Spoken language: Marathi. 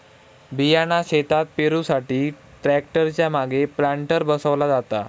बियाणा शेतात पेरुसाठी ट्रॅक्टर च्या मागे प्लांटर बसवला जाता